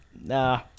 Nah